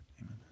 Amen